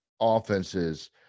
offenses